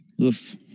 Oof